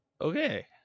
Okay